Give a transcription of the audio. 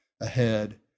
ahead